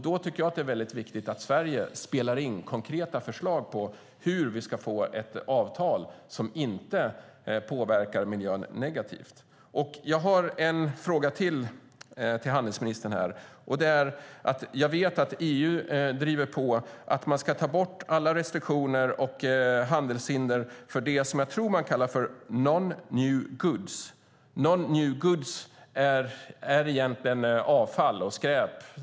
Då tycker jag att det är viktigt att Sverige spelar in konkreta förslag på hur vi ska få ett avtal som inte påverkar miljön negativt. Jag har ytterligare en fråga till handelsministern. Jag vet att EU driver på för att man ska ta bort alla restriktioner och handelshinder för det som jag tror att man kallar för no new goods. No new goods är egentligen avfall och skräp.